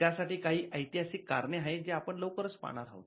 त्यासाठी काही ऐतिहासिक कारणं आहेत जे आपण लवकरच पाहणार आहोत